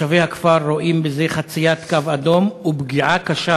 תושבי הכפר רואים בזה חציית קו אדום ופגיעה קשה